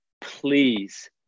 please